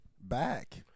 Back